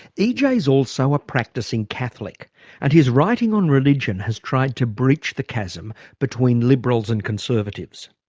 ej's also a practising catholic and his writing on religion has tried to breech the chasm between liberals and conservatives.